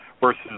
versus